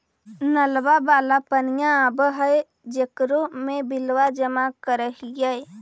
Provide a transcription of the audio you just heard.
नलवा वाला पनिया आव है जेकरो मे बिलवा जमा करहिऐ?